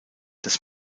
das